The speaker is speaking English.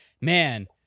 man